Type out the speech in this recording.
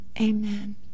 Amen